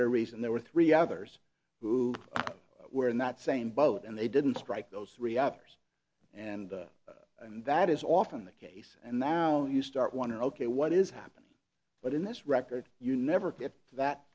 their reason there were three others who were in that same boat and they didn't strike those three others and and that is often the case and now you start wonder ok what is happening but in this record you never get to that